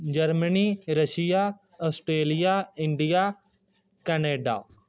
Germany Russia Australia India Canada